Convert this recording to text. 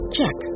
Check